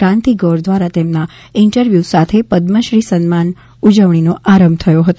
કાંતિ ગોર દ્વારા તેમના ઇન્ટરવ્યૂ સાથે પદ્મશ્રી સન્માન ઉજવણીનો આરંભ થયો હતો